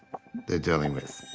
they're dealing with.